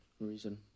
reason